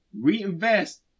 Reinvest